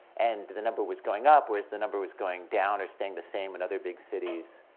and the number was going up whereas the number was going down or staying the same in other big cities,